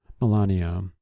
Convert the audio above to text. Melania